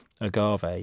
agave